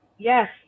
Yes